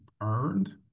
earned